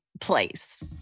place